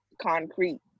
concrete